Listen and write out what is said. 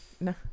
No